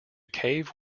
cave